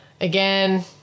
again